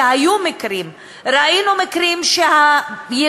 והיו מקרים, ראינו מקרים שהילדים